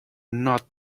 not